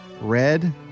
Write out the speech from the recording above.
Red